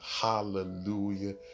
Hallelujah